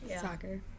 Soccer